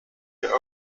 your